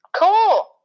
cool